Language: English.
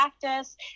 practice